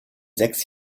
sechs